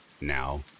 Now